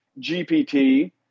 GPT